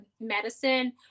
medicine